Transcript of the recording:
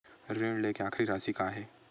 ऋण लेके आखिरी राशि का हे?